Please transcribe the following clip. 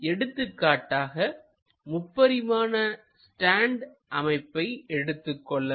எடுத்துக்காட்டாக முப்பரிமான ஸ்டாண்ட் அமைப்பை எடுத்துக் கொள்ளலாம்